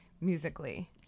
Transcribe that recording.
musically